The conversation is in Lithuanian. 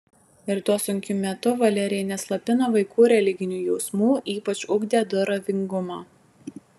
ir tuo sunkiu metu valerija neslopino vaikų religinių jausmų ypač ugdė dorovingumą